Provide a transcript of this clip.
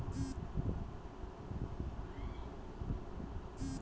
रोहनेर भईर विकलांगता बीमारीर बारे जानकारी लोगक दीले